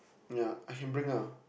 ya I can bring ah